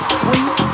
sweet